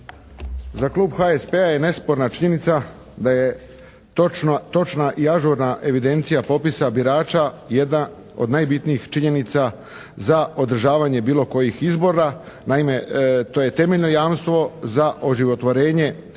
Za klub HSP-a je nesporna činjenica da je točna i ažurna evidencija popisa birača jedna od najbitnijih činjenica za održavanje bilo kojih izbora. Naime, to je temeljno jamstvo za oživotvorenje